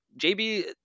JB